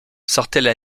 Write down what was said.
sortaient